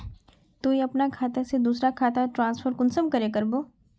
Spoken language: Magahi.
तुई अपना खाता से दूसरा खातात ट्रांसफर कुंसम करे करबो?